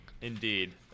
Indeed